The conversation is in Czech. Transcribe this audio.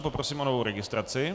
Poprosím o novou registraci.